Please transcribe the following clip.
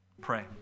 Pray